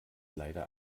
leider